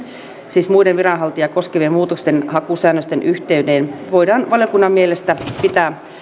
siis muiden viranhaltijaa koskevien muutoksenhakusäännösten yhteyteen voidaan valiokunnan mielestä pitää